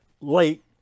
late